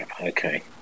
Okay